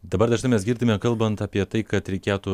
dabar dažnai mes girdime kalbant apie tai kad reikėtų